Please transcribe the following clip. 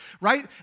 right